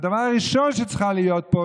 הדבר הראשון שצריך להיות פה,